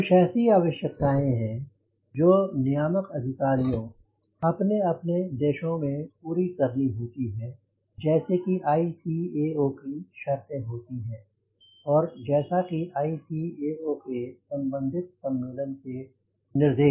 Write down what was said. कुछ ऐसी आवश्यकताएं हैं जो नियामक अधिकारियों अपने अपने देशों में पूरी करनी होती है जैसे कि ICAO की शर्तें होती है और जैसा कि ICAO के सम्बंधित सम्मेलन के निर्देश